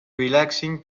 relaxing